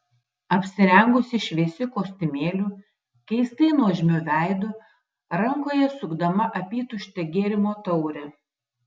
apsirengusi šviesiu kostiumėliu keistai nuožmiu veidu rankoje sukdama apytuštę gėrimo taurę